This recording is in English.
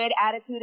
attitude